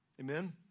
Amen